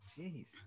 Jeez